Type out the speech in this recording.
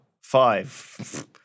five